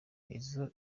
izo